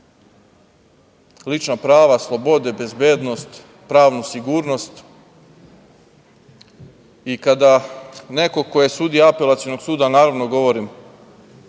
lična prava, slobode, bezbednost, pravnu sigurnost, i kada neko ko je sudija Apelacionog suda, naravno govorim